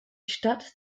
stadt